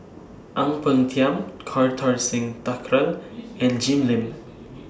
Ang Peng Tiam Kartar Singh Thakral and Jim Lim